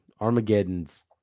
Armageddon's